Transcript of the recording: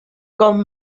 com